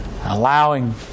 allowing